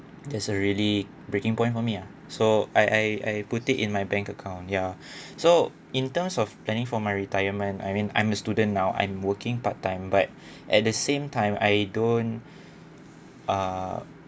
that's a really breaking point for me ah so I I I I put it in my bank account ya so in terms of planning for my retirement I mean I'm a student now I'm working part time but at the same time I don't uh